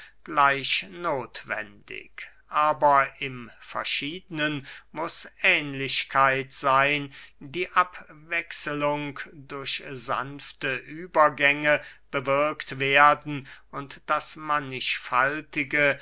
gleich nothwendig aber im verschiedenen muß ähnlichkeit seyn die abwechslung durch sanfte übergänge bewirkt werden und das